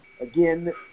again